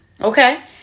Okay